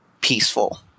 peaceful